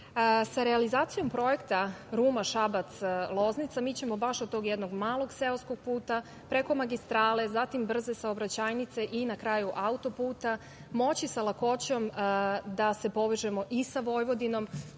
realizacijom projekta Ruma-Šabac-Loznica mi ćemo baš od tog jednog malog seoskog puta, preko magistrale, zatim brze saobraćajnice i na kraju auto-puta moći sa lakoćom da se povežemo i sa Vojvodinom,